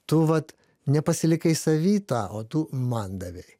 tu vat nepasilikai savy tą o tu man davei